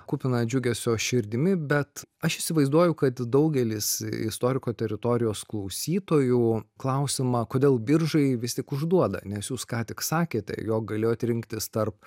kupina džiugesio širdimi bet aš įsivaizduoju kad daugelis istoriko teritorijos klausytojų klausimą kodėl biržai vis tik užduoda nes jūs ką tik sakėte jog galėjot rinktis tarp